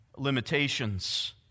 Limitations